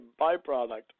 byproduct